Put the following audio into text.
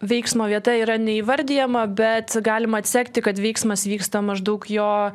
veiksmo vieta yra neįvardijama bet galima atsekti kad veiksmas vyksta maždaug jo